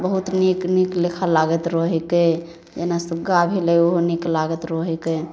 बहुत नीक नीक जेकाँ लागैत रहै हिके जेना सुग्गा भेलै ओहो नीक लागैत रहै हिके